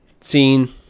scene